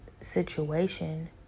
situation